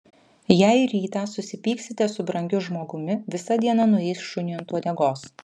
jei rytą susipyksite su brangiu žmogumi visa diena nueis šuniui ant uodegos